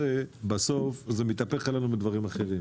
בסוף זה מתהפך עלינו בדברים אחרים,